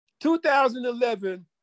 2011